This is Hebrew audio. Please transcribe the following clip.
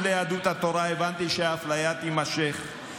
ליהדות התורה הבנתי שהאפליה תימשך,